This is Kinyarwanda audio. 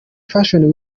fashion